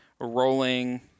rolling